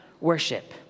worship